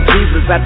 Jesus